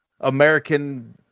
American